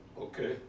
Okay